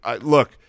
look